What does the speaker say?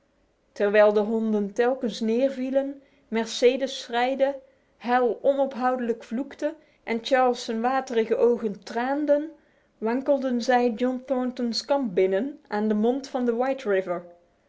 terwijl de honden telkens neervielen mercedes schreide hal onophoudelijk vloekte en charles waterige ogen traanden wankelden zij john thornton's kamp binnen aan de mond van de